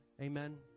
Amen